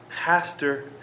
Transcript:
pastor